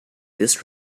this